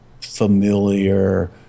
familiar